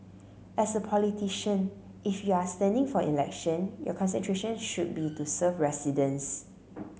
as a politician if you are standing for election your concentration should be to serve residents